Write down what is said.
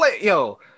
Yo